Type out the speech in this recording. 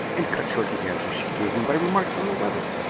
and cut short the answers she gave him by remarks on the weather.